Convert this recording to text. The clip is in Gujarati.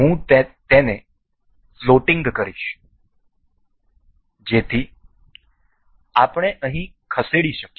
હું તેને ફ્લોટિંગ કરીશ જેથી આપણે અહીં ખસેડી શકીએ